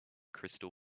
crystal